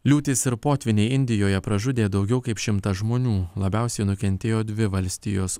liūtys ir potvyniai indijoje pražudė daugiau kaip šimtą žmonių labiausiai nukentėjo dvi valstijos